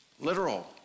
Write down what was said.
literal